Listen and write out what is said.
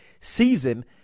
season